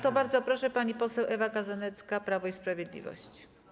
To bardzo proszę, pani poseł Ewa Kozanecka, Prawo i Sprawiedliwość.